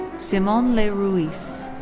simon le ruiz.